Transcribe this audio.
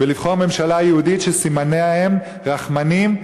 ויבחר ממשלה יהודית שסימניה הם רחמנים,